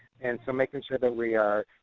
and so making sure that we are,